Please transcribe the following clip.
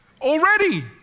Already